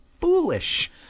foolish